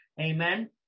Amen